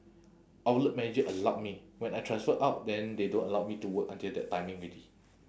outlet manager allowed me when I transfer out then they don't allow me to work until that timing already